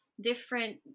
different